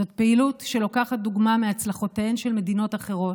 זאת פעילות שלוקחת דוגמה מהצלחותיהן של מדינות אחרות,